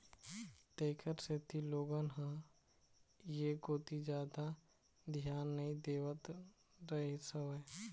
तेखर सेती लोगन ह ऐ कोती जादा धियान नइ देवत रहिस हवय